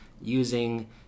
using